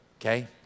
okay